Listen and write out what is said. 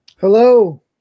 Hello